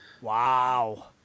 Wow